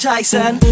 Tyson